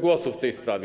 głosu w tej sprawie.